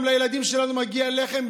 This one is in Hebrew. גם לילדים שלנו מגיע לחם,